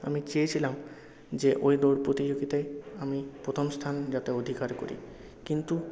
আমি চেয়েছিলাম যে ওই দৌড় প্রতিযোগিতায় আমি প্রথম স্থান যাতে অধিকার করি কিন্তু